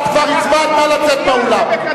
את כבר הצבעת, נא לצאת מהאולם.